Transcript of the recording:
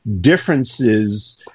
differences